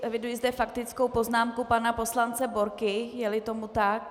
Eviduji zde faktickou poznámku pana poslance Borky, jeli tomu tak?